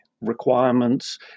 requirements